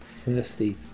Thirsty